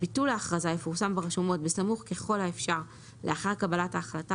ביטול ההכרזה יפורסם ברשומות בסמוך ככל האפשר לאחר קבלת ההחלטה